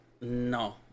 No